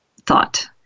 thought